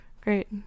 great